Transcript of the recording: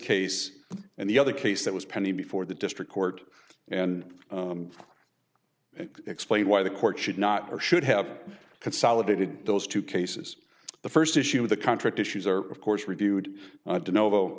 case and the other case that was pending before the district court and explain why the court should not or should have consolidated those two cases the first issue of the contract issues are of course reviewed i do know though